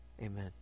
amen